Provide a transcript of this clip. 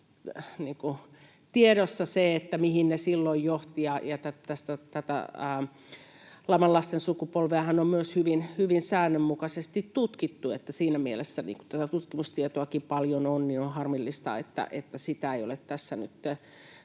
tiedossa se, mihin ne silloin johtivat. Tätä laman lasten sukupolveahan on hyvin säännönmukaisesti tutkittu. Siinä mielessä, kun tätä tutkimustietoakin paljon on, niin on harmillista, että siihen ei ole tässä